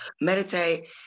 Meditate